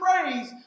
praise